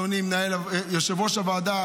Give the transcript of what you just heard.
אדוני יושב-ראש הוועדה,